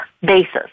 basis